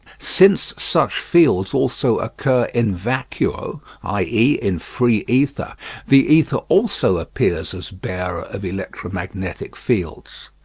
since such fields also occur in vacuo i e. in free ether the ether also appears as bearer of electromagnetic fields.